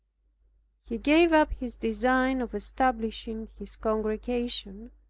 he gave up his design of establishing his congregation,